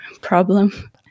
problem